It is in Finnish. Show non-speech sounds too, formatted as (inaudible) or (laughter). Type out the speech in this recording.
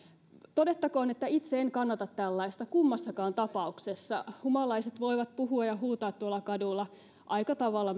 todettakoon että itse en kannata tällaista kummassakaan tapauksessa humalaiset voivat puhua ja huutaa tuolla kadulla mielestäni aika tavalla (unintelligible)